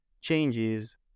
changes